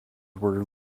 were